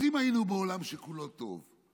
אז אם היינו בעולם שכולו טוב,